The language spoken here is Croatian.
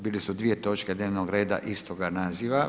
Bile su dvije točke dnevnog reda istoga naziva.